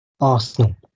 Arsenal